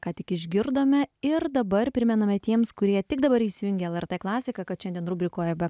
ką tik išgirdome ir dabar primename tiems kurie tik dabar įsijungia lrt klasiką kad šiandien rubrikoje be